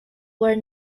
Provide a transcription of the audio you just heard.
were